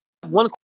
One